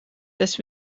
tas